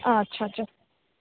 अच्छा अच्छा